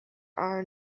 are